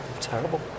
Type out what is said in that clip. terrible